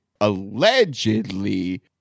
allegedly